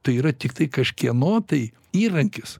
tai yra tiktai kažkieno tai įrankis